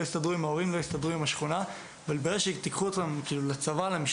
לא הסתדרו עם ההורים ועם השכונה.